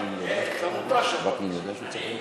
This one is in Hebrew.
אתה מותש כבר.